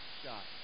shot